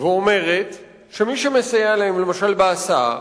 ואומרת שמי שמסייע להם למשל בהסעה